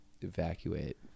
evacuate